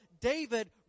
David